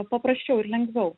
paprasčiau ir lengviau